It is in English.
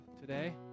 today